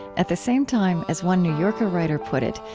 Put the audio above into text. at the same time, as one new yorker writer put it,